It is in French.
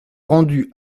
rendu